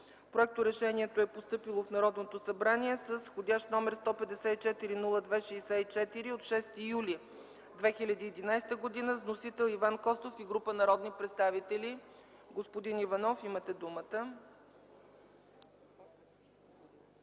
Проекторешението е постъпило в Народното събрание с вх. № 154-02-64 от 6 юли 2011 г., с вносител Иван Костов и група народни представители. Господин Иванов, имате думата.